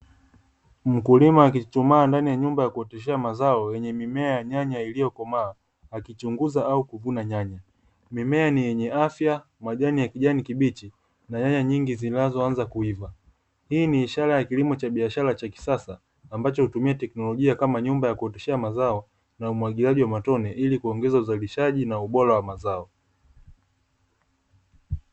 Mkulima akichuchumaa ndani ya nyumba ya kukuzia mazao yenye mimea ya nyanya iliyokomaa, akichunguza au kuvuna nyanya. Mimea ni yenye afya, majani ya kijani kibichi na nyanya nyingi zinazoanza kuiva. Hii ni ishara ya kilimo cha biashara cha kisasa ambacho hutumia teknolojia kama nyumba ya kukuzia mazao na umwagiliaji wa matone ili kuongeza uzalishaji na ubora wa mazao.